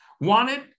wanted